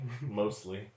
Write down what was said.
mostly